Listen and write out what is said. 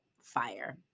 fire